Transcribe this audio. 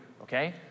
okay